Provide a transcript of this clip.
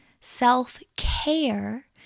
Self-care